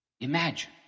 Imagine